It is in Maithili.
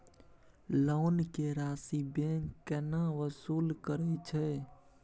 लोन के राशि बैंक केना वसूल करे छै?